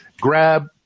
grab